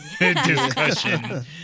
discussion